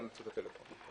גם בטלפון.